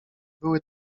były